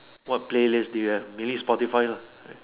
what play list do you have mainly is Spotify lah